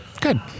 Good